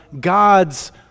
God's